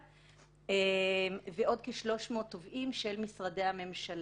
המשפטי; ועוד כ-300 תובעים של משרדי הממשלה.